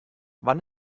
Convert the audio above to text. wann